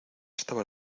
estaba